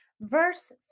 verse